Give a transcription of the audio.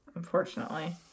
unfortunately